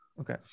Okay